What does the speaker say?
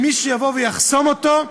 ומישהו יבוא ויחסום אותו,